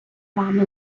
вами